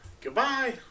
Goodbye